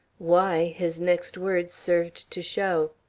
why, his next words served to show.